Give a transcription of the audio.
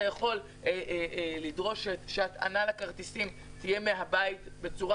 אתה יכול לדרוש שההטענה של הכרטיסים תהיה מהבית בצורה